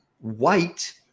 white